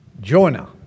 Jonah